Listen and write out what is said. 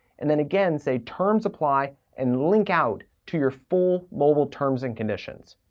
and then again say, terms apply, and link out to your full mobile terms and conditions.